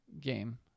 game